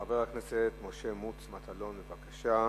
חבר הכנסת משה מוץ מטלון, בבקשה.